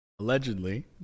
Allegedly